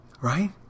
Right